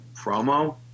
promo